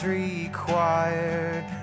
required